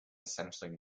essentially